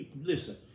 listen